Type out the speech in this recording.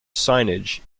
signage